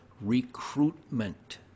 Recruitment